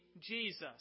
Jesus